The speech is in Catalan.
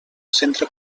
centre